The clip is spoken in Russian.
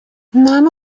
нам